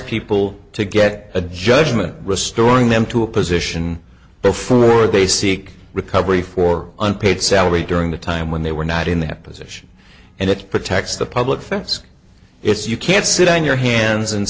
people to get a judgment restoring them to a position before they seek recovery for unpaid salary during the time when they were not in their position and it protects the public thinks it's you can't sit on your hands and